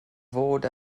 fod